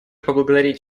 поблагодарить